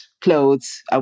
clothes